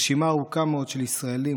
רשימה ארוכה מאוד של ישראלים,